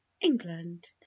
England